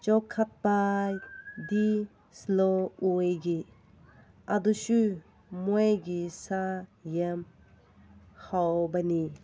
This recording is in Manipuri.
ꯆꯥꯎꯈꯠꯄꯗꯤ ꯁ꯭ꯂꯣꯋꯦꯒꯤ ꯑꯗꯨꯁꯨ ꯃꯣꯏꯒꯤ ꯁꯥ ꯌꯦꯟ ꯍꯥꯎꯕꯅꯤ